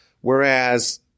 Whereas